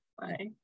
Bye